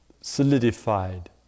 solidified